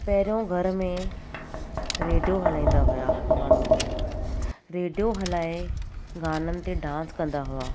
पहिरियों घर में रेडियो हलाईंदा हुया माण्हू रेडियो हलाए गाननि ते डांस कंदा हुआ